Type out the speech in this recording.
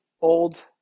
old